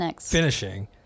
finishing